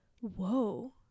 whoa